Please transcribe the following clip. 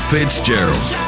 Fitzgerald